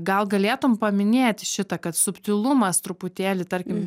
gal galėtum paminėti šitą kad subtilumas truputėlį tarkim